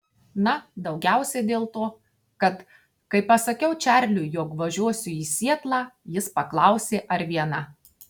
na daugiausiai dėl to kad kai pasakiau čarliui jog važiuosiu į sietlą jis paklausė ar viena